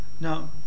Now